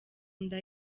nda